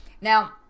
Now